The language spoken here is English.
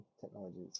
technologies